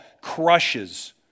crushes